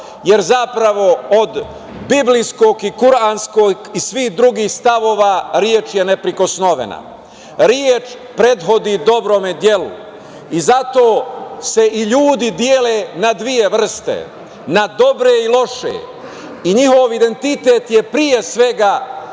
jer zapravo od biblijskog i kuranskog i svih drugih stavova reč je neprikosnovena. Reč prethodi dobrom delu i zato se i ljudi dele na dve vrste, na dobre i loše, i njihov identitet je, pre svega,